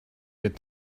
get